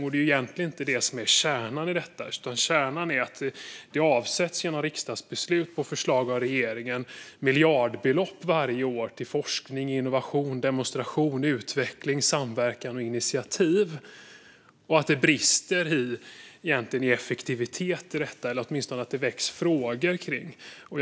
Och det är egentligen inte det som är kärnan i detta, utan kärnan är att det genom riksdagsbeslut på förslag av regeringen avsätts miljardbelopp varje år till forskning, innovation, demonstration, utveckling, samverkan och initiativ och att det brister i effektivitet i detta eller åtminstone väcks frågor kring det.